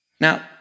Now